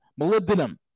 molybdenum